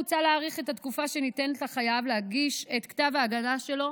מוצע להאריך את התקופה שניתנת לחייב להגיש את כתב ההגנה שלו